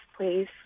please